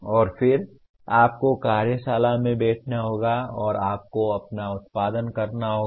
और फिर आपको कार्यशाला में बैठना होगा और आपको अपना उत्पादन करना होगा